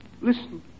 Listen